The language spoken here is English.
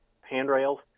handrails